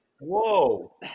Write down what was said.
whoa